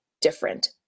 different